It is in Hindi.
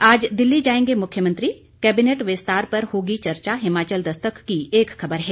आज दिल्ली जाएंगे मुख्यमंत्री कैबिनेट विस्तार पर होगी चर्चा हिमाचल दस्तक की एक खबर है